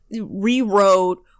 rewrote